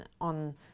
on